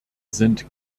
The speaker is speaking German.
sind